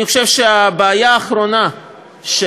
אני חושב שהבעיה האחרונה של